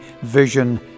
vision